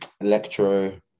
Electro